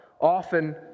often